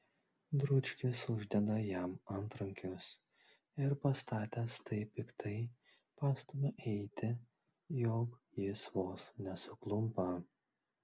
dručkis uždeda jam antrankius ir pastatęs taip piktai pastumia eiti jog jis vos nesuklumpa